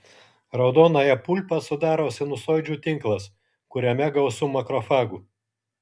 raudonąją pulpą sudaro sinusoidžių tinklas kuriame gausu makrofagų